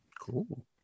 Cool